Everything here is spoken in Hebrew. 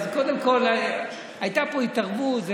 הייתה פה התערבות,